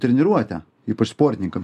treniruotę ypač sportininkam